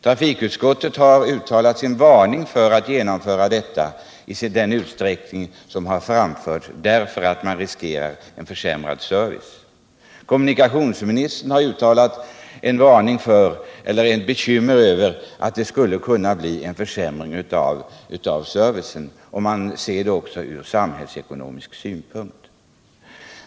Trafikutskottet har uttalat sin varning för att genomföra detta i den utsträckning som framförts, därför att man riskerar en försämrad service. Kommunikationsministern har uttalat bekymmer över att det skulle bli en försämring av servicen om man ser det också ur samhällsekonomisk synvinkel.